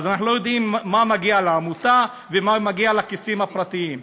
אז אנחנו לא יודעים מה מגיע לעמותה ומה מגיע לכיסים הפרטיים.